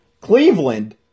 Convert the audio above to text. Cleveland